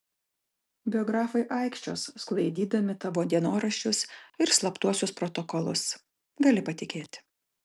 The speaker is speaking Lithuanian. biografai aikčios sklaidydami tavo dienoraščius ir slaptuosius protokolus gali patikėti